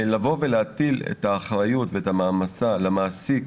לבוא ולהטיל את האחריות ואת המעמסה על המעסיק